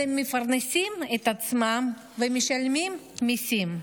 אלא מפרנסים את עצמם ומשלמים מיסים.